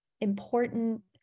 important